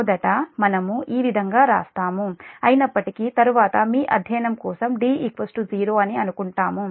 మొదట మనము ఈ విధంగా వ్రాస్తాము అయినప్పటికీ తరువాత మీ అధ్యయనం కోసం D 0 అని అనుకుంటాము